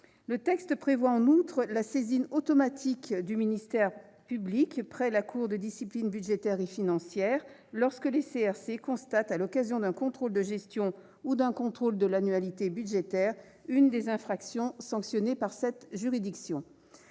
Le texte prévoit, en outre, une saisine automatique du ministère public près la Cour de discipline budgétaire et financière lorsque les CRC constatent, à l'occasion d'un contrôle de gestion ou d'un contrôle de l'annualité budgétaire, une des infractions sanctionnées par cette juridiction.